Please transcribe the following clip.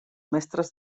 mestres